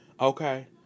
Okay